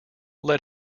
let